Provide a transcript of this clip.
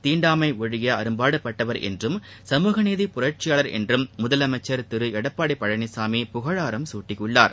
தீண்டாமை ஒழிய அரும்பாடுபட்டவர் என்றும் சமூகநீதி புரட்சியாளர் என்றும் முதலமைச்சர் திரு எடப்பாடி பழனிசாமி புகழாரம் சூட்டியுள்ளார்